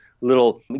little